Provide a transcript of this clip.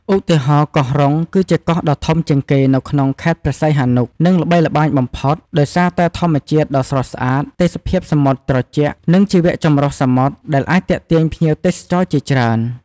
ឧទាហរណ៍ កោះរុង គឺជាកោះដ៏ធំជាងគេនៅក្នុងខេត្តព្រះសីហនុ និងល្បីល្បាញបំផុត ដោយសារតែធម្មជាតិដ៏ស្រស់ស្អាត ទេសភាពសមុទ្រត្រជាក់ និងជីវៈចម្រុះសមុទ្រដែលអាចទាក់ទាញភ្ញៀវទេសចរជាច្រើន។